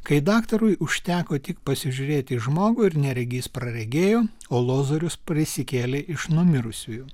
kai daktarui užteko tik pasižiūrėti į žmogų ir neregys praregėjo o lozorius prisikėlė iš numirusiųjų